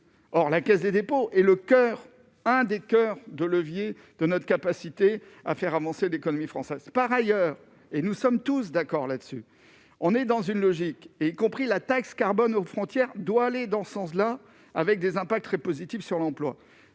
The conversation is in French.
or la Caisse des dépôts et le coeur, un des coeurs de levier de notre capacité à faire avancer l'économie française, par ailleurs, et nous sommes tous d'accord là-dessus, on est dans une logique, et y compris la taxe carbone aux frontières doit aller dans ce sens-là, avec des impacts très positifs sur l'emploi,